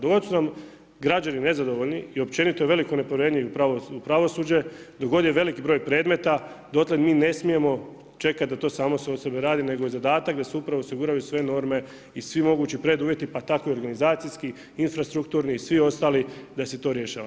Doći će nam građani nezadovoljni i općenito je veliko nepovjerenje i u pravosuđe dok god je veliki broj predmeta dotle mi ne smijemo čekati da to samo se od sebe radi, nego je zadatak da se upravo osiguraju sve norme i svi mogući preduvjeti pa tako i organizacijski, infrastrukturni i svi ostali da se to rješava.